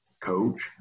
coach